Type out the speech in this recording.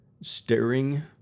Staring